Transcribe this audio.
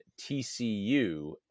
TCU